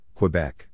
Quebec